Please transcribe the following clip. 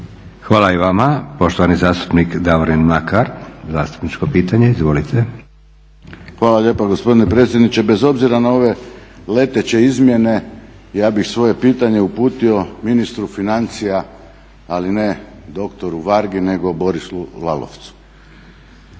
Hvala i vama. Poštovani zastupnik Davorin Mlakar, zastupničko pitanje. Izvolite. **Mlakar, Davorin (HDZ)** Hvala lijepa gospodine predsjedniče. Bez obzira na ove leteće izmjene ja bih svoje pitanje uputio ministru financija, ali ne dr. Vargi, nego Borisu Lalovcu.